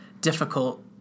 difficult